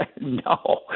No